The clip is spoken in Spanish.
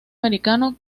mexicano